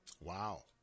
Wow